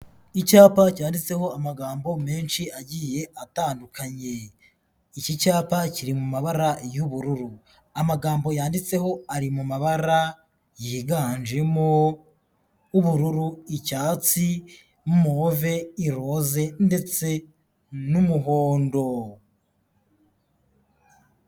Icyapa cyanditseho amagambo menshi agiye atandukanye, iki cyapa kiri mu mabara y'ubururu, amagambo yanditseho ari mu mabara yiganjemo ubururu, icyatsi, move, iroze ndetse n'umuhondo.